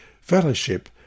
fellowship